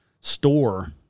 store